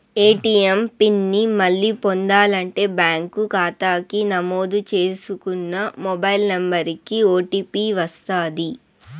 ATM pin ని మళ్ళీ పొందాలంటే బ్యాంకు కాతాకి నమోదు చేసుకున్న మొబైల్ నంబరికి ఓ.టీ.పి వస్తది